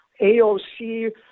AOC